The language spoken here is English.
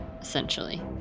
essentially